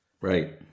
Right